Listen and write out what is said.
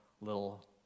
little